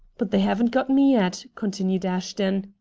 but they haven't got me yet, continued ashton,